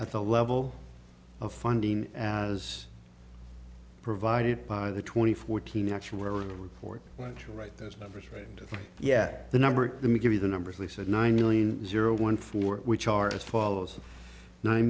at the level of funding as provided by the twenty fourteen actual report what you write those numbers right and yet the number of the me give you the numbers they said nine million zero one four which are as follows nine